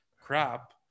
crap